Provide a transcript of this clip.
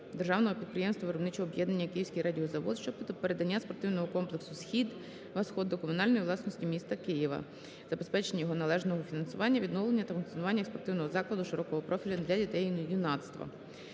Державного підприємства "Виробничого об'єднання "Київський радіозавод" щодо передання Спортивного комплексу "Схід" ("Восход") до комунальної власності міста Києва, забезпечення його належного фінансування, відновлення та функціонування як спортивного закладу широкого профілю для дітей і юнацтва.